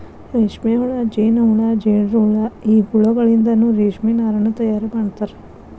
ರೇಷ್ಮೆಹುಳ ಜೇನಹುಳ ಜೇಡರಹುಳ ಈ ಹುಳಗಳಿಂದನು ರೇಷ್ಮೆ ನಾರನ್ನು ತಯಾರ್ ಮಾಡ್ತಾರ